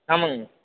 ஆமாங்கங்க